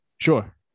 Sure